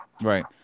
Right